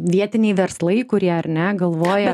vietiniai verslai kurie ar ne galvoja